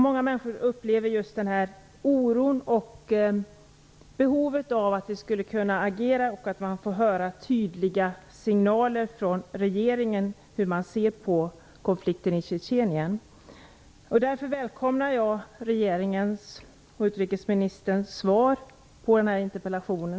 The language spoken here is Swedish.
Många människor upplever en stark oro och känner ett behov av att Sverige agerar; man vill ha tydliga signaler från regeringen om hur den ser på konflikten i Tjetjenien. Därför välkomnar jag utrikesministerns svar på dessa båda interpellationer.